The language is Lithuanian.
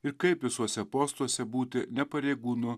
ir kaip visuose postuose būti ne pareigūnu